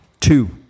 Two